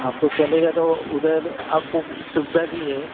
आपको चलेगा तो उधर आपको सुविधा भी है